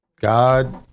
God